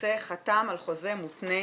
רוצה, חתם על חוזה מותנה,